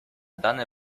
dane